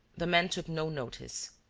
the man took no notice.